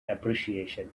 appreciation